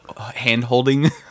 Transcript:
hand-holding